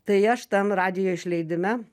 tai aš tam radijo išleidime